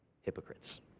hypocrites